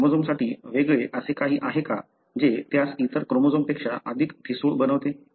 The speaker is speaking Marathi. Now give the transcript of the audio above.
त्या क्रोमोझोमसाठी वेगळे असे काही आहे का जे त्यास इतर क्रोमोझोमपेक्षा अधिक ठिसूळ बनवते